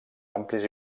amplis